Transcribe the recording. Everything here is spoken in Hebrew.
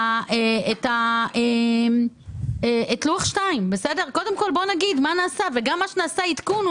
את לוח 2. קודם כל בואו נגיד מה נעשה וגם מה שנעשה כעדכון,